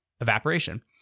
evaporation